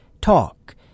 talk